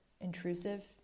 intrusive